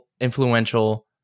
influential